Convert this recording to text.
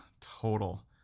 total